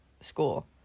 school